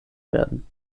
werden